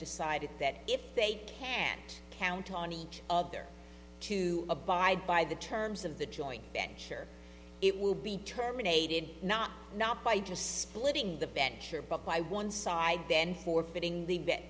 decided that if they can't count on each other to abide by the terms of the joy and share it will be terminated not not by just splitting the better but by one side then forfeiting th